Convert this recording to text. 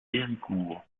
héricourt